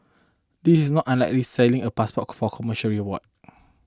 this is not unlike at selling a passport for commercial reward